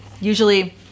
Usually